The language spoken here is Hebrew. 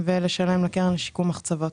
ולשלם לקרן שיקום מחצבות.